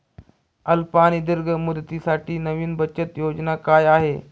अल्प आणि दीर्घ मुदतीसाठी नवी बचत योजना काय आहे?